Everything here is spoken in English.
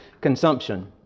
consumption